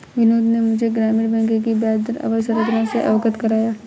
बिनोद ने मुझे ग्रामीण बैंक की ब्याजदर अवधि संरचना से अवगत कराया